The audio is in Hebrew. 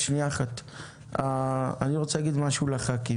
אני רוצה להגיד לח"כים.